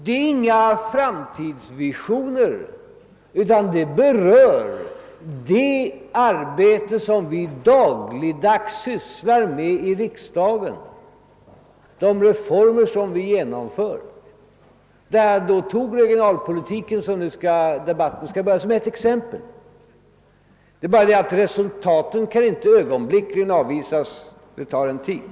Detta är inga framtidsvisioner utan sammanhänger med det arbete som vi dagligdags sysslar med här i riksdagen och med de reformer vi genomför. Det var därför som jag tog den förestående debatten om regionalpolitiken som exempel. Det är bara det att resultaten inte kan avläsas omedelbart. Det tar en tid.